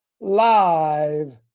live